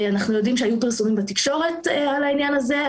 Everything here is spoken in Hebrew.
אנחנו יודעים שהיו פרסומים בתקשורת על העניין הזה,